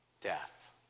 death